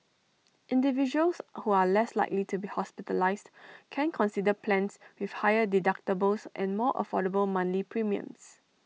individuals who are less likely to be hospitalised can consider plans with higher deductibles and more affordable monthly premiums